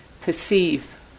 perceive